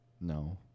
No